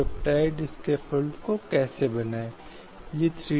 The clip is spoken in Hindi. लेकिन ये स्वतंत्रताएँ अप्रतिबंधित नहीं हैं